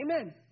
Amen